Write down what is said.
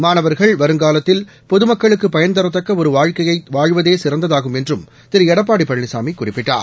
மாணவர்கள் வருங்காலத்தில் பொதுமக்களுக்கு பயன்தரத்தக்க ஒரு வாழ்க்கைய வாழ்வதே சிறந்ததாகும் என்றும் திரு எடப்பாடி பழனிசாமி குறிப்பிட்டார்